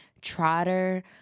Trotter